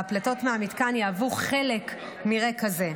והפליטות מהמתקן יהוו חלק מרקע זה.